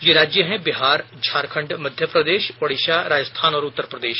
ये राज्य हैं बिहार झारखण्ड मध्य प्रदेश ओडिशा राजस्थान और उत्तर प्रदेश